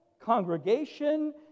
congregation